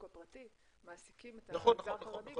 הפרטי מעסיקים את המגזר החרדי ב- -- נכון.